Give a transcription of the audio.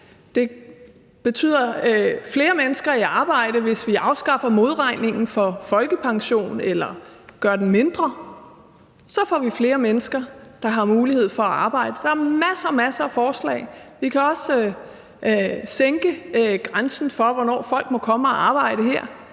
Det betyder flere mennesker i arbejde, hvis vi afskaffer modregningen for folkepension eller gør den mindre – så får vi flere mennesker, der har mulighed for at arbejde; der er masser og masser af forslag. Vi kan også sænke grænsen for, hvornår folk må komme udefra